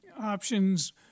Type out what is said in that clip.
options